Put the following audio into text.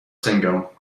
single